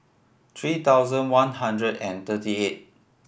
three thousand one hundred and thirty eight